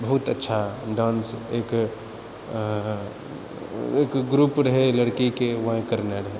बहुत अच्छा डान्स एक एक ग्रुप रहय लड़कीके वही करने रहय